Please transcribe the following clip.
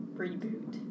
reboot